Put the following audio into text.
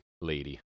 lady